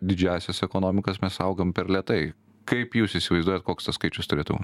didžiąsias ekonomikas mes augam per lėtai kaip jūs įsivaizduojat koks tas skaičius turėtų